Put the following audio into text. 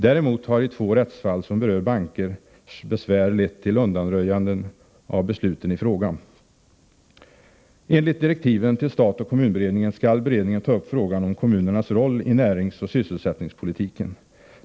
Däremot har i två rättsfall som berör banker besvär lett till undanröjanden av besluten i fråga. Enligt direktiven till stat-kommun-beredningen skall beredningen ta upp frågan om kommunernas roll i näringsoch sysselsättningspolitiken.